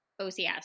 OCS